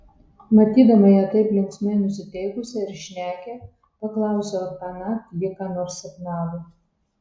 matydama ją taip linksmai nusiteikusią ir šnekią paklausiau ar tąnakt ji ką nors sapnavo